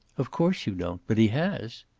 of course you don't. but he has.